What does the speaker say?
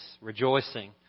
rejoicing